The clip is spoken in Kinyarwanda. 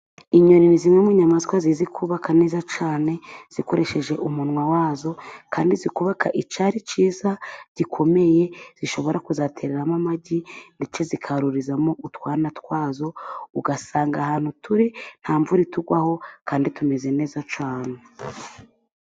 Inyoni ni zimwe mu nyayamaswa zizi kukaka neza cyane zikoresheje umunwa wazo, kandi zikubaka icyari cyiza, gikomeye, zishobora kuzatereramo amagi, bityo zikarurizamo utwana twazo, ugasanga ahantu turi nta mvura itugwaho kandi tumeze neza cyane.